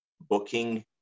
booking